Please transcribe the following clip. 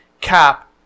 Cap